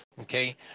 okay